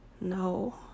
No